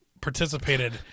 participated